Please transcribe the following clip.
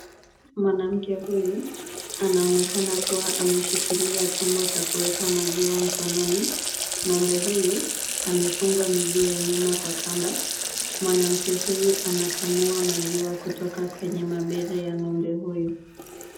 Mwanamke huyu anaonekana kuwa ameshikilia chombo cha kuweka maziwa mkononi, ng'ombe huyu amefungwa miguu ya nyuma kwa kamba. Mwanamke huyu anakamua maziwa kutoka kwenye mabere ya ng'ombe huyu.